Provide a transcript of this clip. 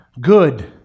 Good